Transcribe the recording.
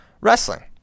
wrestling